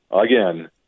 again